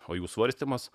o jų svarstymas